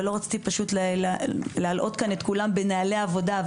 אבל פשוט לא רציתי להלאות כאן את כולם בנהלי עבודה.